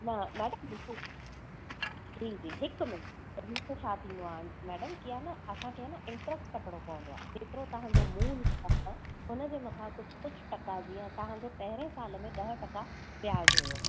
न मैडम ॾिसो जी जी हिकु मिंट तरीक़ो छा थींदो आहे मैडम की आइन असांखे आइन इंट्रस कटिणो पवंदो आहे जेतिरो तव्हांजो मुल हिसाबु सां हुनजे मथां कुझु कुझु टका जीअं तव्हांजो पहिरें साल में ॾह टका व्याज हुओ